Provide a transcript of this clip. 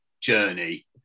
journey